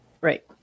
Right